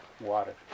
water